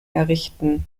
errichten